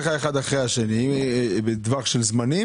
מה זה אצלך אחד אחרי השני, בטווח של זמנים?